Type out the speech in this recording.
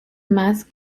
más